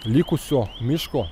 likusio miško